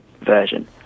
version